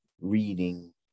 reading